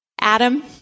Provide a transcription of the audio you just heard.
Adam